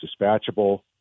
dispatchable